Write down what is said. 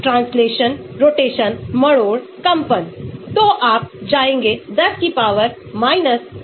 एक विकल्प चुनें प्रत्येक चतुर्थांश से जोकि सुनिश्चित करें ऑर्थोगोनलिटीकोयह बहुत महत्वपूर्ण है